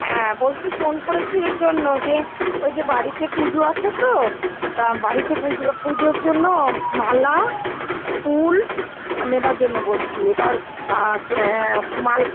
হ্যাঁ বলছি ফোন করেছি এই জন্য যে ঐ যে বাড়িতে পুজো আছে তো তা বাড়িতে পুজো পুজোর জন্য মালা ফুল আর নেবার জন্য বলছি এবার মাল